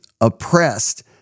oppressed